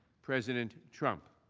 president trump.